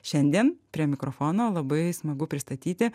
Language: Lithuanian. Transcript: šiandien prie mikrofono labai smagu pristatyti